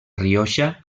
rioja